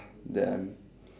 damn